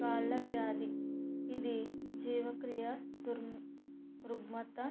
కాళ్ళవ్యాధి ఇది జీవక్రియ రుగ్మత